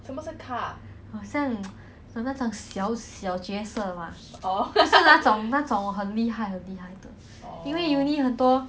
placing cause then when we grad then go uni then there are more potential girls